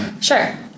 Sure